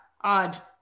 odd